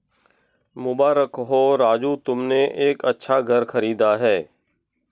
मुबारक हो राजू तुमने एक अच्छा घर खरीदा है